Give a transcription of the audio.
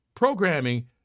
Programming